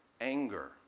anger